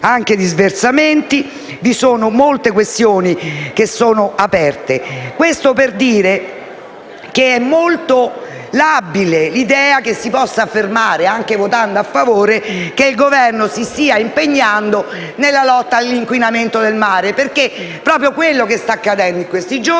casi di sversamento e molte questioni aperte. Dico questo per dire che è molto labile l'idea che si possa affermare, anche votando a favore, che il Governo si stia impegnando per la lotta all'inquinamento del mare, perché quanto sta accadendo in questi giorni